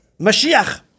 Mashiach